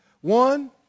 One